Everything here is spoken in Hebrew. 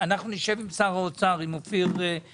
אנחנו נשב עם שר האוצר וגם עם אופיר וינון.